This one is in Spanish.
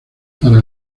para